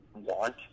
want